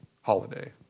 holiday